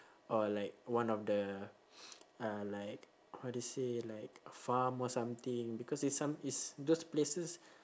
or like one of the uh like how to say like farm or something because it's some it's those places